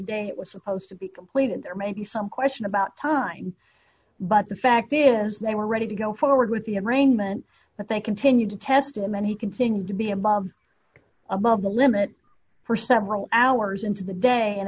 day it was supposed to be completed there may be some question about time but the fact is they were ready to go forward with the of rainman but they continued to test him and he continued to be above above the limit for several hours into the day and